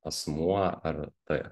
asmuo ar ta